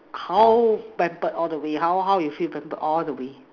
how pampered all the way how how you feel pampered all the way